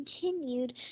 continued